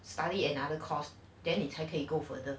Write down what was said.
S_T